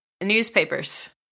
Newspapers